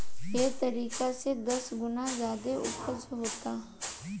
एह तरीका से दस गुना ज्यादे ऊपज होता